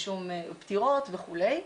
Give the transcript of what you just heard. פטירות וכו'.